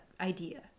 idea